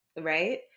right